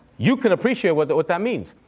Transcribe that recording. you can appreciate what that what that means.